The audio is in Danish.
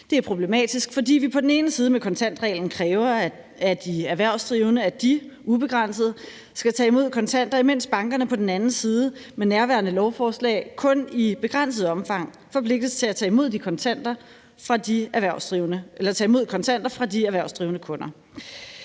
Det er problematisk, fordi vi på den ene side med kontantreglen kræver af de erhvervsdrivende, at de, ubegrænset, skal tage imod kontanter, imens bankerne på den anden side med nærværende lovforslag kun i begrænset omfang forpligtes til at tage imod kontanter fra de erhvervsdrivende kunder.